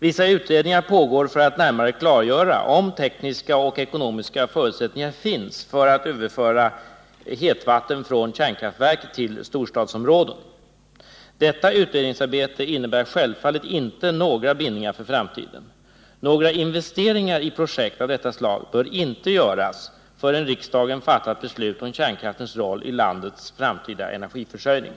Vissa utredningar pågår för att närmare klargöra om tekniska och ekonomiska förutsättningar finns för att överföra hetvatten från kärnkraftverk till storstadsområden. Detta utredningsarbete innebär självfallet inte några bindningar för framtiden. Några investeringar i projekt av detta slag bör inte göras, förrän riksdagen fattat beslut om kärnkraftens roll i landets framtida energiförsörjning.